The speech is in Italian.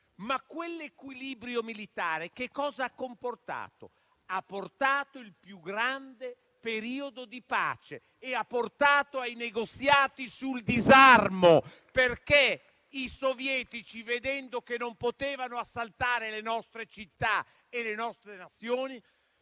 quell'equilibrio militare ha portato al più grande periodo di pace e ai negoziati sul disarmo, perché i sovietici, vedendo che non potevano assaltare le nostre città e le nostre nazioni,